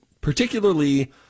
particularly